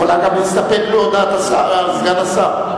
את יכולה גם להסתפק בהודעת סגן השר.